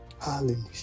Hallelujah